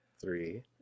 Three